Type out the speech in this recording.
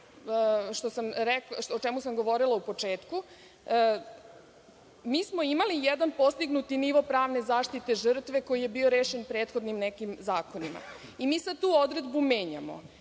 do onoga o čemu sam govorila u početku. Mi smo imali jedan postignuti nivo pravne zaštite žrtve koji je bio rešen prethodnim nekim zakonima i mi sada tu odredbu menjamo.